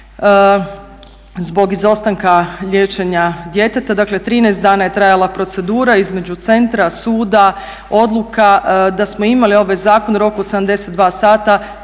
Zbog izostanka liječenja djeteta, dakle 13 dana je trajala procedura između centra, suda, odluka. Da smo imali ovaj zakon u roku od 72 sata